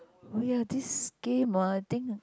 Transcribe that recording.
oh ya this game ah I think